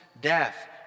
death